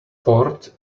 port